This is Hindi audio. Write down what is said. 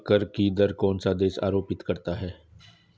सर्वाधिक कर की दर कौन सा देश आरोपित करता है?